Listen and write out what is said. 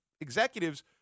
executives